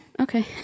Okay